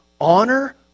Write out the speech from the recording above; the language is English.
honor